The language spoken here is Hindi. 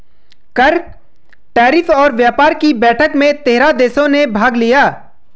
कर, टैरिफ और व्यापार कि बैठक में तेरह देशों ने भाग लिया